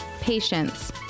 patience